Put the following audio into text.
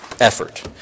effort